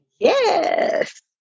Yes